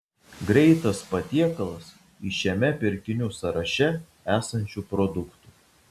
greitas patiekalas iš šiame pirkinių sąraše esančių produktų